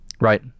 Right